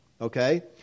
Okay